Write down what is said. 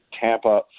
Tampa